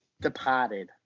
Departed